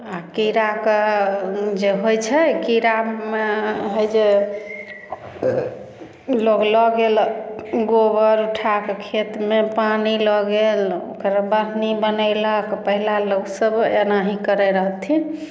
आ कीड़ाके जे होइ छै कीड़ा होइ जे लोग लऽ गेल गोबर उठा कऽ खेतमे पानि लऽ गेल ओकरा बढ़नी बनैलक पहिला लोक सब एनाही करै रहथिन